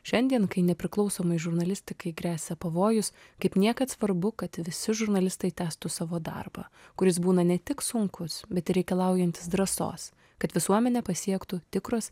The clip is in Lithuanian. šiandien kai nepriklausomai žurnalistikai gresia pavojus kaip niekad svarbu kad visi žurnalistai tęstų savo darbą kuris būna ne tik sunkus bet ir reikalaujantis drąsos kad visuomenę pasiektų tikros